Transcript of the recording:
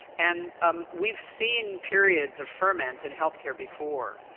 and um we've seen periods of ferment in healthcare before,